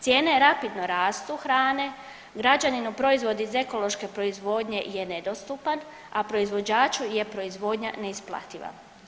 Cijene rapidno rastu hrane, građaninu proizvodi iz ekološke proizvodnje je nedostupan, a proizvođaču je proizvodnja neisplativa.